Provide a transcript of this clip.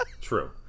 true